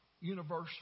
universe